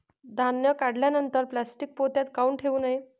धान्य काढल्यानंतर प्लॅस्टीक पोत्यात काऊन ठेवू नये?